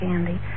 Andy